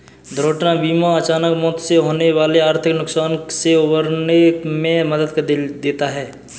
दुर्घटना बीमा अचानक मौत से होने वाले आर्थिक नुकसान से उबरने में मदद देता है